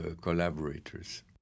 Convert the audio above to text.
collaborators